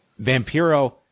Vampiro